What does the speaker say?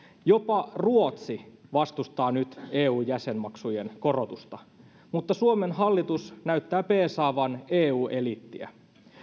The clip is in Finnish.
jopa ruotsi vastustaa nyt eun jäsenmaksujen korotusta mutta suomen hallitus näyttää peesaavan eu eliittiä